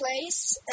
place